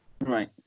Right